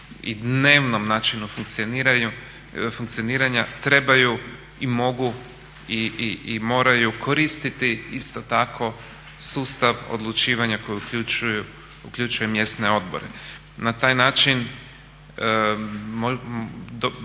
i dnevnom načinu funkcioniranja trebaju i mogu i moraju koristiti isto tako sustav odlučivanja koji uključuje mjesne odbore. Na taj način moguće